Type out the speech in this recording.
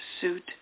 suit